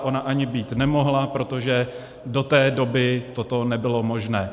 Ona ani být nemohla, protože do té doby toto nebylo možné.